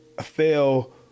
fail